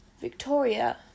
Victoria